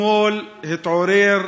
אתמול התעורר